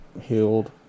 healed